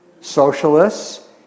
socialists